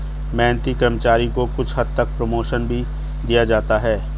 मेहनती कर्मचारी को कुछ हद तक प्रमोशन भी दिया जाता है